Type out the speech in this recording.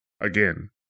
Again